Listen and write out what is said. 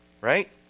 right